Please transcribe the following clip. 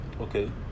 okay